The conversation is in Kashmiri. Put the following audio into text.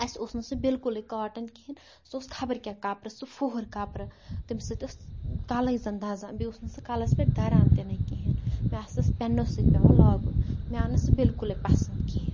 اَسہِ اوس نہٕ سُہ بلکُلے کاٹن کِہیٖنۍ سُہ اوس خبرکیاہ کَپرٕ سُہ فُہَر کَپرٕ تَمہِ سۭتۍ ٲس کَلے زَن دَزان بییہِ اوس نہٕ سُہ کَلس پٮ۪ٹھ دَران تِہِ نہٕ کِہیٖنۍ مےٚ آسَس پٮ۪نو سۭتۍ پیوان لاگُن مےٚ آو نہٕ سُہ بلکُلے پَسند کِہیٖنۍ